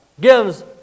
gives